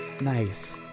Nice